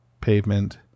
pavement